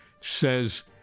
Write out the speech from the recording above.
says